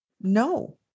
No